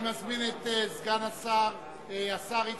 אני מזמין את השר יצחק